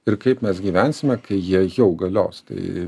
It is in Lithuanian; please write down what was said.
ir kaip mes gyvensime kai jie jau galios tai